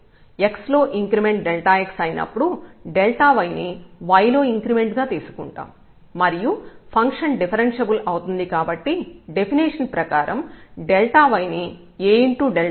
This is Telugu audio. x లో ఇంక్రిమెంట్ x అయినప్పుడు yని y లో ఇంక్రిమెంట్ గా తీసుకుంటాం మరియు ఫంక్షన్ డిఫరెన్ష్యబుల్ అవుతుంది కాబట్టి డెఫినిషన్ ప్రకారం y ని Axϵx గా వ్రాయవచ్చు